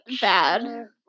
Bad